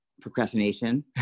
procrastination